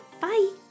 Bye